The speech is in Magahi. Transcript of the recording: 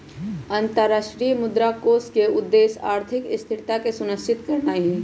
अंतरराष्ट्रीय मुद्रा कोष के उद्देश्य आर्थिक स्थिरता के सुनिश्चित करनाइ हइ